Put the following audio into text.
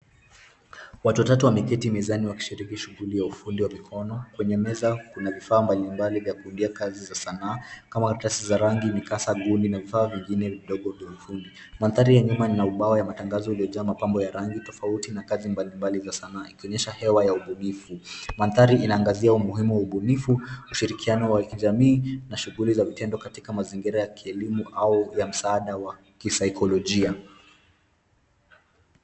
Watu watatu wameketi mezani wakishiriki shuguli ya ufundi wa mikono. Kwenye meza kuna vifaa mbalimbali vya kuundia kazi za sanaa kama karatasi za rangi, mikasa buni na vifaa vidogo vya ufundi. Mandhari ya nyuma inaubao ya matangazo iliyojaa mapambo ya rangi tofauti na kazi mbalimbali za sanaa, likionyesha hewa ya ubunifu. Mandhari inangazia ubunifu, ushirikiano wa kijamii na shuguli za vitendo katika mazingira ya kielimu au vya msaada wa kisaikolojia.